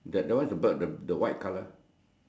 the